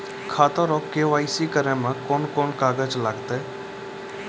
खाता रो के.वाइ.सी करै मे कोन कोन कागज लागतै?